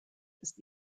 ist